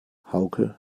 hauke